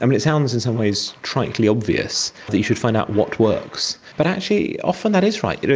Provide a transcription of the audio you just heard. um it it sounds in some ways tritely obvious that you should find out what works, but actually often that is right. you know